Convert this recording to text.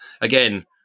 again